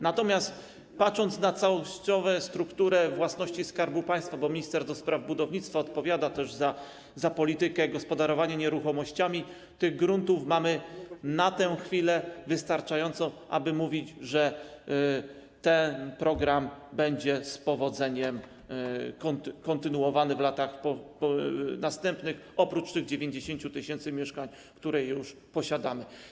Natomiast patrząc całościowo na strukturę własności Skarbu Państwa, bo minister do spraw budownictwa odpowiada też za politykę gospodarowania nieruchomościami, widzimy, że tych gruntów mamy na tę chwilę wystarczająco, aby mówić, że ten program będzie z powodzeniem kontynuowany w latach następnych - oprócz tych na 90 tys. mieszkań, które już posiadamy.